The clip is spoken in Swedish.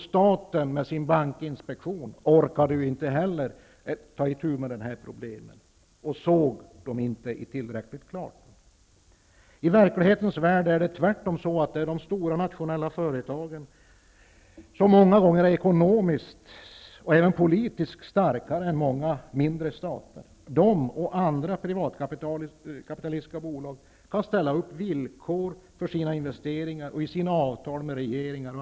Staten med sin bankinspektion orkade ju inte ta itu med problemen och såg dem inte heller tillräckligt klart. I verklighetens värld är det tvärtom så, att de stora nationella företagen ofta är ekonomiskt och även politiskt starkare än många mindre stater. Sådana företag, liksom andra privatkapitalistiska företag, kan i sina avtal med regeringar och andra företag ställa upp villkor för sina investeringar.